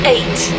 Eight